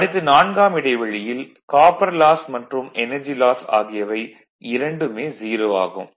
அடுத்து நான்காம் இடைவெளியில் காப்பர் லாஸ் மற்றும் எனர்ஜி லாஸ் ஆகியவை இரண்டுமே 0 ஆகும்